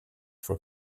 for